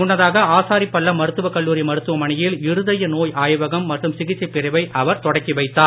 முன்னதாக ஆசாரிபள்ளம் மருத்துவக் கல்லூரி மருத்துவமனையில் இருதய நோய் ஆய்வகம் மற்றும் சிகிச்சைப் பிரிவை அவர் தொடக்கி வைத்தார்